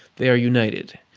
they are united,